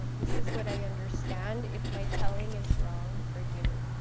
this is what i understand. if my telling is wrong, forgive me.